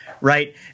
Right